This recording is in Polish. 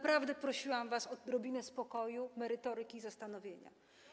Prosiłam was o odrobinę spokoju, merytoryki, zastanowienia.